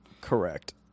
Correct